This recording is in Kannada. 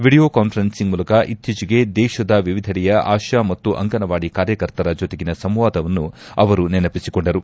ವಿಡಿಯೋ ಕಾನ್ಫರೆನ್ಲಿಂಗ್ ಮೂಲಕ ಇತ್ತೀಚೆಗೆ ದೇಶದ ವಿವಿಧೆಡೆಯ ಆಶಾ ಮತ್ತು ಅಂಗನವಾಡಿ ಕಾರ್ಯಕರ್ತರ ಜೊತೆಗಿನ ಸಂವಾದವನ್ನು ಅವರು ನೆನಪಿಸಿಕೊಂಡರು